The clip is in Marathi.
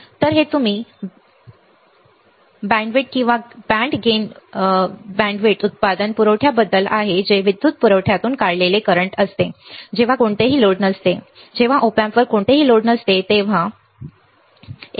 तर हे तुमच्या बँड रुंदी किंवा बँडविड्थ उत्पादन पुरवठ्याबद्दल आहे जे विद्युत पुरवठ्यातून काढलेले वर्तमान असते जेव्हा कोणतेही लोड नसते जेव्हा Op amp वर कोणतेही लोड नसते तेव्हा कॉल करा